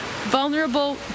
vulnerable